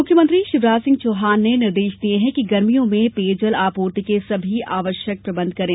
मुख्यमंत्री मुख्यमंत्री शिवराज सिंह चौहान ने निर्देश दिये हैं कि गर्मियों में पेयजल आपूर्ति के सभी आवश्यक प्रबंध करें